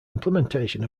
implementation